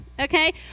Okay